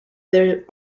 their